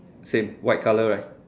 same white colour right